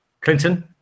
Clinton